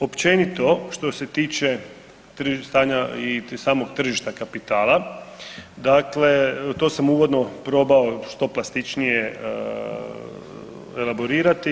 Općenito što se tiče stanja i samog tržišta kapitala, dakle to sam uvodno probao što plastičnije elaborirati.